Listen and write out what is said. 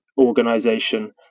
organization